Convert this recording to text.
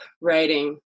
writing